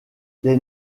les